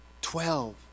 twelve